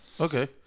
Okay